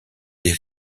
des